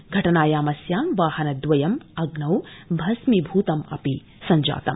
घटनायामस्यां वाहनद्वयं अग्नौ भस्मीभूतम् जातम्